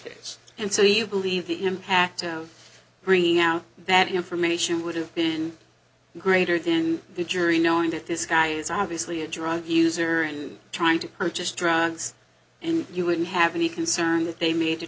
case and so you believe the impact of bringing out that information would have been greater than the jury knowing that this guy is obviously a drug user and trying to purchase drugs and you wouldn't have any concern that they ma